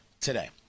today